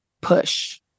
push